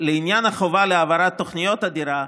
לעניין החובה להעברת תוכנית הדירה,